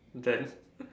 there's